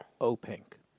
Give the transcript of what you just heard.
O-Pink